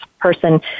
person